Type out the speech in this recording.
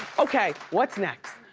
okay, what's next?